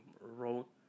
wrote